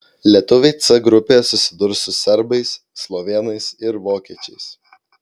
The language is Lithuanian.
lietuviai c grupėje susidurs su serbais slovėnais ir vokiečiais